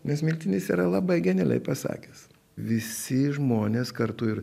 nes miltinis yra labai genialiai pasakęs visi žmonės kartu ir